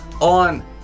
on